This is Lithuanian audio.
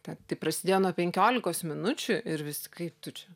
ta tai prasidėjo nuo penkiolikos minučių ir visi kaip tu čia